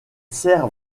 sert